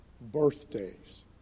birthdays